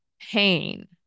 pain